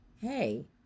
hey